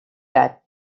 that